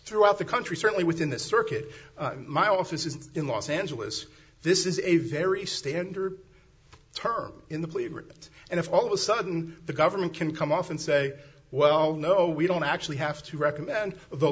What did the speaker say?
throughout the country certainly within the circuit my office is in los angeles this is a very standard term in the plea agreement and if all of a sudden the government can come off and say well no we don't actually have to recommend the